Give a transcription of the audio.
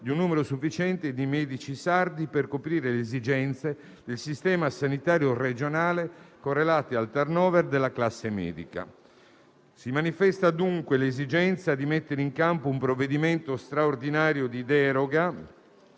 di un numero sufficiente di medici sardi per coprire le esigenze del Sistema sanitario regionale correlate al *turn over* della classe medica. Si manifesta dunque l'esigenza di mettere in campo un provvedimento straordinario di deroga